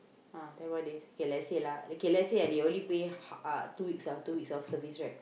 ah ten more days okay lets say lah okay lets say they only pay uh two weeks ah two weeks of service right